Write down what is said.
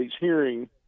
hearing